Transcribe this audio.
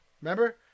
Remember